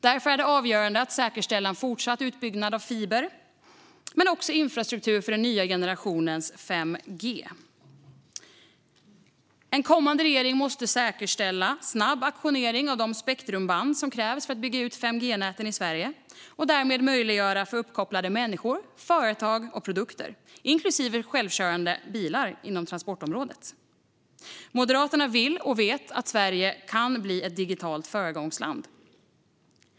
Därför är det avgörande att säkerställa en fortsatt fiberutbyggnad men också infrastruktur för den nya generationens internet 5G. En kommande regering måste säkerställa snabb auktionering av de spektrumband som krävs för att bygga ut 5G-näten i Sverige och därmed möjliggöra för uppkopplade människor, företag och produkter, inklusive självkörande bilar inom transportområdet. Moderaterna vill och vet att Sverige kan bli ett digitalt föregångsland.